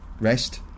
rest